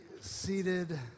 seated